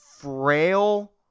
frail